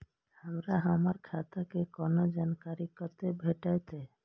हमरा हमर खाता के कोनो जानकारी कते भेटतै